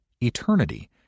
eternity